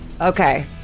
Okay